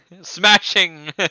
Smashing